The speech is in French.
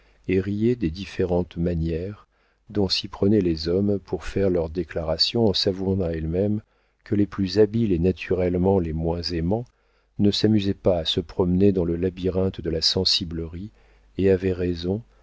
riaient des différentes manières dont s'y prenaient les hommes pour faire leurs déclarations en s'avouant à elles-mêmes que les plus habiles et naturellement les moins aimants ne s'amusaient pas à se promener dans le labyrinthe de la sensiblerie et avaient raison